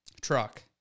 Truck